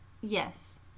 Yes